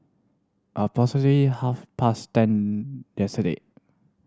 approximately half past ten yesterday